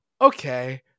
okay